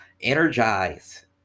energize